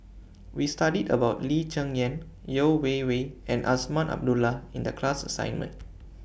We studied about Lee Cheng Yan Yeo Wei Wei and Azman Abdullah in The class assignment